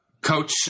coach